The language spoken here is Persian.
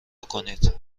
کنید